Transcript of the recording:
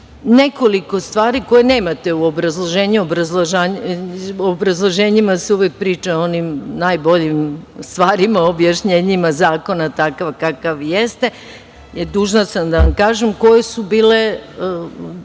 Nekoliko stvari koje nemate u obrazloženju, u obrazloženjima se uvek priča o onim najboljim stvarima, objašnjenjima zakona takav kakav jeste, dužna sam da vam kažem koje su bile